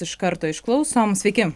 iš karto išklausom sveiki